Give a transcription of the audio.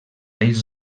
reis